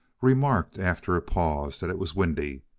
remarked, after a pause, that it was windy.